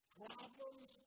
problems